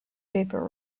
paper